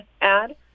add